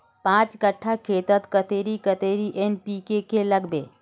पाँच कट्ठा खेतोत कतेरी कतेरी एन.पी.के के लागबे?